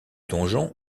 donjon